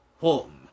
Home